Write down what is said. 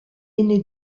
aîné